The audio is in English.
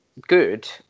good